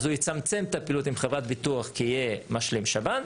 אז הוא יצמצם את הפעילות עם חברת הביטוח כי יהיה משלים שב"ן,